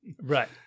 Right